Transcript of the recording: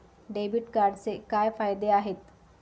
Debit कार्डचे काय फायदे आहेत?